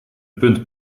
punt